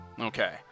Okay